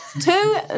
Two